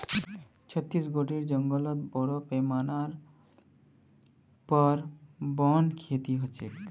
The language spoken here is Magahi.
छत्तीसगढेर जंगलत बोरो पैमानार पर वन खेती ह छेक